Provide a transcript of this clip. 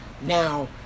Now